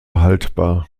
haltbar